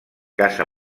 casa